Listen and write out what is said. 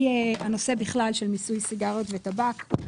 הנושא של מיסוי סיגריות וטבק הוא